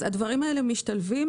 אז הדברים האלה משתלבים,